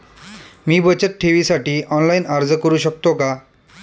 मी बचत ठेवीसाठी ऑनलाइन अर्ज करू शकतो का?